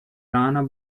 lana